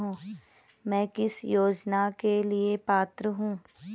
मैं किस योजना के लिए पात्र हूँ?